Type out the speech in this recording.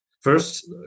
First